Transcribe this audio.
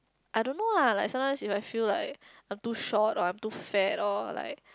I don't know lah like sometimes if I feel like I'm too short or I'm too fat or like